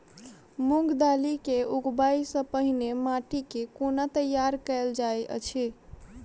मूंग दालि केँ उगबाई सँ पहिने माटि केँ कोना तैयार कैल जाइत अछि?